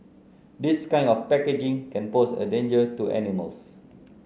this kind of packaging can pose a danger to animals